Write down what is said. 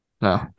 No